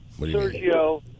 Sergio